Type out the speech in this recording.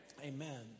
Amen